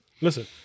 Listen